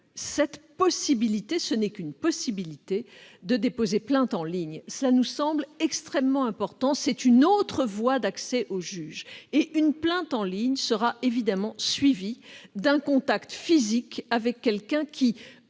la possibilité- ce n'est qu'une possibilité -de déposer plainte en ligne. Il nous semble extrêmement important de prévoir cette autre voie d'accès au juge. Une plainte en ligne sera évidemment suivie d'un contact physique avec un agent qui,